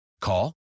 Call